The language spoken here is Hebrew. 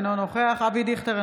אינו נוכח אבי דיכטר,